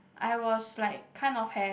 I was like kind of have